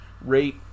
rate